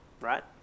Right